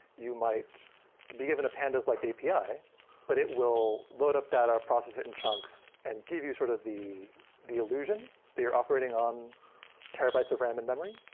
you might be given a pandas-like api, but it will load up data, process it in chunks and give you sort of the the illusion that you're operating on terabytes of ram in-memory,